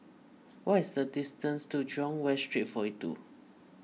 what is the distance to Jurong West Street forty two